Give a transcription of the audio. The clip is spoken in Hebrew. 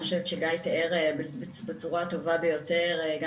אני חושבת שגיא תיאר בצורה הטובה ביותר גם